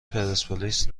پرسپولیس